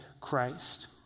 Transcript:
Christ